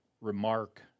remark